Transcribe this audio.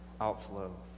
outflow